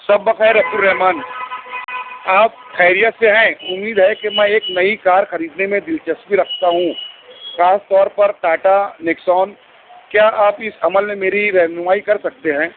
شب بخیر عبد الرحمٰن آپ خیریت سے ہیں امید ہے کہ میں ایک نئی کار خریدنے میں دلچسپی رکھتا ہوں خاص طور پر ٹاٹا نکسون کیا آپ اس عمل میں میری رہنمائی کر سکتے ہیں